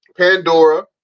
Pandora